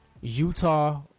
utah